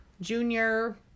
Junior